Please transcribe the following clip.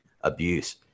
abuse